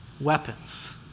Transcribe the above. weapons